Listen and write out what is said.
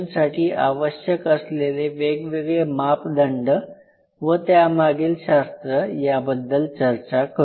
साठी आवश्यक असलेले वेगवेगळे मापदंड व त्यामागील शास्त्र याबद्दल चर्चा करू